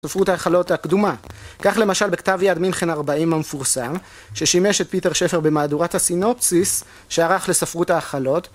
ספרות האכלות הקדומה כך למשל בכתב יד מינכן ארבעים המפורסם ששימש את פיטר שפר במהדורת הסינופציס שערך לספרות האכלות